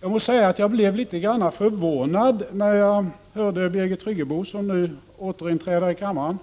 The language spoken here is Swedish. Jag måste säga att jag blev litet förvånad när jag hörde att Birgit Friggebo, som nu återinträder i kammaren,